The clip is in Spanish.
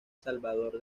salvador